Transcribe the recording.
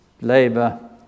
labor